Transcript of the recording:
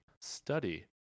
study